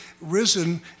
risen